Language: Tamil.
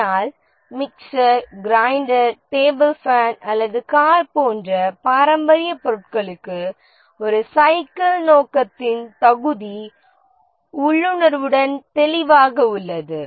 ஆனால் மிக்சர் கிரைண்டர் டேபிள் ஃபேன் அல்லது கார் போன்ற பாரம்பரிய பொருட்களுக்கு ஒரு சைக்கிள் நோக்கத்தின் தகுதி உள்ளுணர்வுடன் தெளிவாக உள்ளது